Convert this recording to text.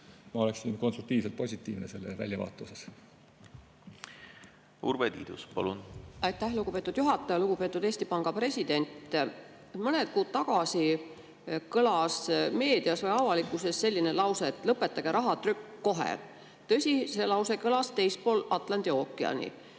osas konstruktiivselt positiivne. Urve Tiidus, palun! Aitäh, lugupeetud juhataja! Lugupeetud Eesti Panga president! Mõned kuud tagasi kõlas meedias või avalikkuses selline lause, et lõpetage rahatrükk kohe. Tõsi, see lause kõlas teispool Atlandi ookeani